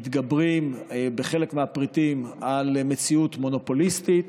מתגברים בחלק מהפריטים על מציאות מונופוליסטית,